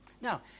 now